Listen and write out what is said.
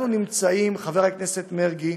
אנחנו נמצאים, חבר הכנסת מרגי,